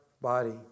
body